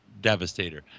Devastator